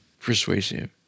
persuasive